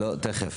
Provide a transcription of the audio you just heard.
אומרים פה